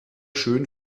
schön